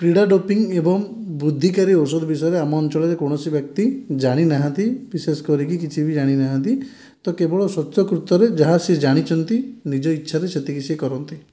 କ୍ରୀଡ଼ା ଡୋପିଂ ଏବଂ ବୃଦ୍ଧିକାରୀ ଔଷଧ ବିଷୟରେ ଆମ ଅଞ୍ଚଳରେ କୌଣସି ବ୍ୟକ୍ତି ଜାଣି ନାହାନ୍ତି ବିଶେଷ କରିକି କିଛି ବି ଜାଣିନାହାନ୍ତି ତ କେବଳ ସ୍ୱଚ୍ଛକୃତରେ ଯାହା ସେ ଜାଣିଛନ୍ତି ନିଜ ଇଚ୍ଛାରେ ସେତିକି ସେ କରନ୍ତି